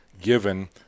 given